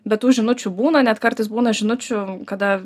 bet tų žinučių būna net kartais būna žinučių kada